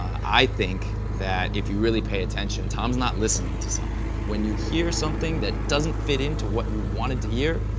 i think that if you really pay attention, tom's not listening to summer. when you hear something that doesn't fit into what you wanted to hear,